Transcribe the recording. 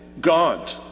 God